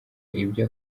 ibyo